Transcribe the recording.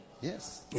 Yes